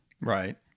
Right